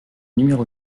numéro